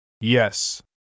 Yes